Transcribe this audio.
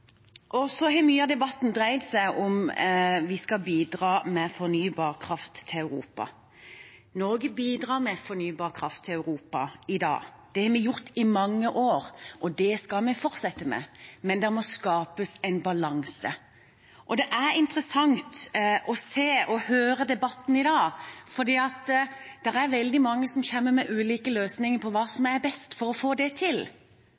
Mye av debatten har dreid seg om hvorvidt vi skal bidra med fornybar kraft til Europa. Norge bidrar med fornybar kraft til Europa i dag. Det har vi gjort i mange år, og det skal vi fortsette med, men det må skapes en balanse. Det er interessant å se og høre debatten i dag, for det er veldig mange som kommer med ulike løsninger på hva som er best for å få det til,